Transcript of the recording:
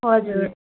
हजुर